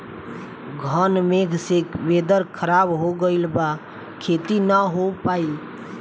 घन मेघ से वेदर ख़राब हो गइल बा खेती न हो पाई